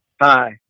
Hi